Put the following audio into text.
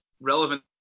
relevant